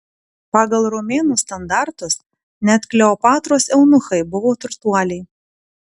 pagal romėnų standartus net kleopatros eunuchai buvo turtuoliai